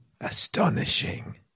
astonishing